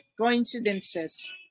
coincidences